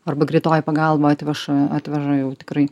arba greitoji pagalba atveža atveža jau tikrai